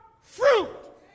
fruit